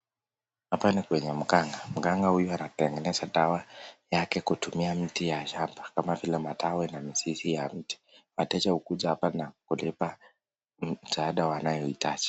Hapa ni kwenye mganga, mganga huyu anatengeneza dawa yake kutumia miti ya shamba kama vile matawi na mizizi ya mti, wateja hukuja hapa na kulipa.